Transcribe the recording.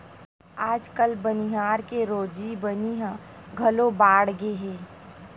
आजकाल बनिहार के रोजी बनी ह घलो बाड़गे हे